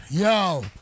Yo